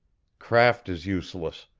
craft is useless!